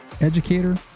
educator